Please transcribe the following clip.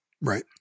Right